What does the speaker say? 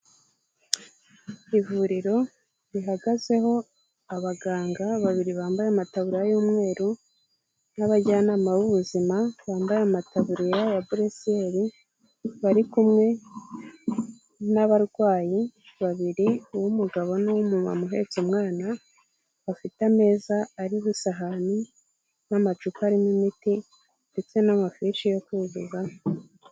Ivuriro rihagazeho abaganga babiri bambaye amatabura y'umweru n'abajyanama b'ubuzima bambaye amatabura ya bureseli, bari kumwe n'abarwayi babiri uw'umugabo n'umumama uhetse umwana, bafite ameza ariho isahani n'amacupa arimo imiti ndetse n'amafishi yo kudoga.